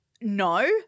No